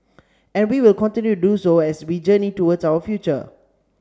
and we will continue to do so as we journey towards our future